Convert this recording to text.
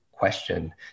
question